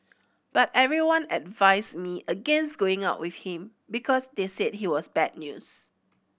but everyone advised me against going out with him because they said he was bad news